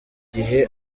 gihe